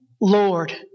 Lord